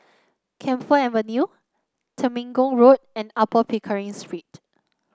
Camphor Avenue Temenggong Road and Upper Pickering Street